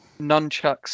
nunchucks